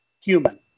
human